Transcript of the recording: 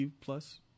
Plus